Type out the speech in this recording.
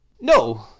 No